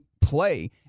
play